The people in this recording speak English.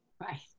right